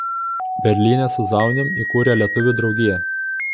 berlyne su zaunium įkūrė lietuvių draugiją